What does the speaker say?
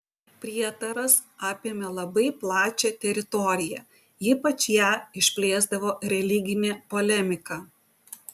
prietaras apėmė labai plačią teritoriją ypač ją išplėsdavo religinė polemika